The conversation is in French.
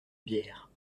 bière